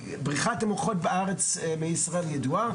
בריחת המוחות בארץ מישראל ידועה,